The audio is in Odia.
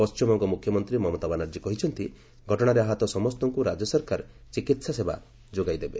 ପଶ୍ଚିମବଙ୍ଗ ମୁଖ୍ୟମନ୍ତ୍ରୀ ମମତା ବାନାର୍ଜୀ କହିଛନ୍ତି ଘଟଣାରେ ଆହତ ସମସ୍ତଙ୍କୁ ରାଜ୍ୟ ସରକାର ଚିକିତ୍ସା ସେବା ଯୋଗାଇଦେବେ